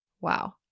Wow